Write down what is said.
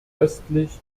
östlich